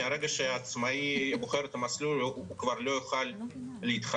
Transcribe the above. מהרגע שעצמאי בוחר את המסלול הוא כבר לא יוכל להתחרט.